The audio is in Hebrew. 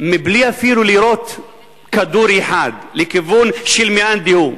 בלי אפילו לירות כדור אחד לכיוון של מאן דהוא,